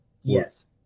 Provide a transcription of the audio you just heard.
Yes